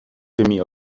tymi